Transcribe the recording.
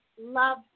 love